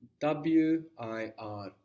W-I-R